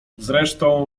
zresztą